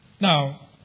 Now